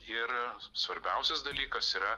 ir svarbiausias dalykas yra